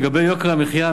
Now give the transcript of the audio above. לגבי יוקר המחיה,